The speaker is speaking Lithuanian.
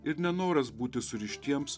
ir nenoras būti surištiems